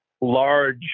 large